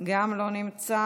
גם לא נמצא,